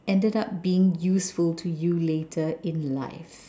ended up being useful to you later in life